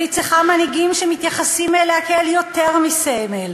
וצריכה מנהיגים שמתייחסים אליה כאל יותר מסמל,